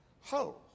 Ho